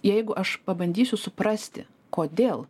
jeigu aš pabandysiu suprasti kodėl